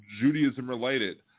Judaism-related